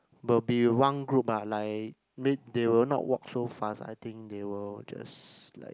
will be in one group lah like mid~ they will not walk so fast I think they will just like